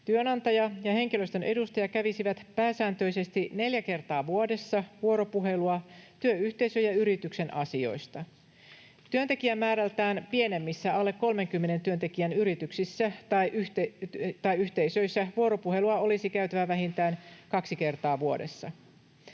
Työnantaja ja henkilöstön edustaja kävisivät pääsääntöisesti neljä kertaa vuodessa vuoropuhelua työyhteisön ja yrityksen asioista. Työntekijämäärältään pienemmissä, alle 30 työntekijän yrityksissä tai yhteisöissä vuoropuhelua olisi käytävä vähintään kaksi kertaa vuodessa.